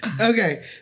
Okay